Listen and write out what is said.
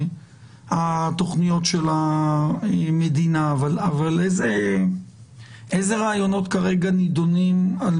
התכניות של המדינה אבל איזה רעיונות כרגע נדונים על